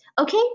Okay